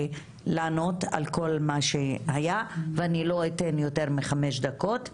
לענות על כל מה שהיה ואני לא אתן יותר מחמש דקות,